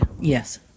yes